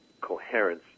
coherence